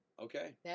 okay